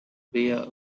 via